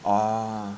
orh